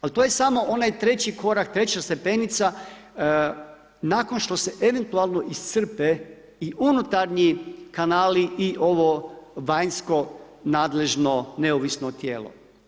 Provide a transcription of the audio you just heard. Ali to je samo onaj treći korak, treća stepenica nakon što se eventualno iscrpe i unutarnji kanali i ovo vanjsko nadležno neovisno tijelo.